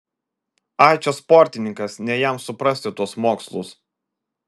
ai čia sportininkas ne jam suprasti tuos mokslus